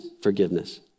forgiveness